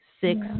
six